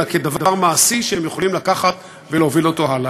אלא כדבר מעשי שהם יכולים לקחת ולהוביל הלאה.